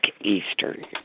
eastern